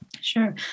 Sure